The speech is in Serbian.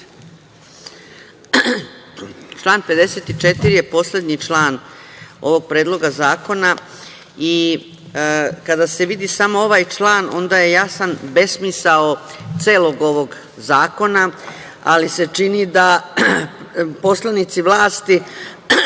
Član 54. je poslednji član ovog Predloga zakona i kada se vidi samo ovaj član onda je jasan besmisao celog ovog zakona, ali se čini da poslanici vlasti